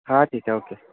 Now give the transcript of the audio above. हां ठीक आहे ओके